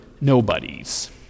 nobodies